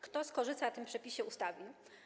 Kto skorzysta na tym przepisie ustawy?